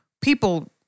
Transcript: people